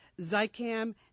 Zycam